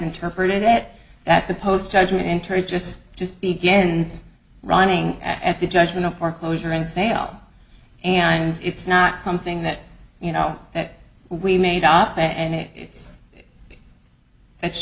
interpreted it that the post judgment entered just just begins running at the judgment of foreclosure and sale and it's not something that you know that we made up and it's that's